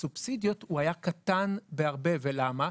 סובסידיות הוא היה קטן בהרבה, ולמה?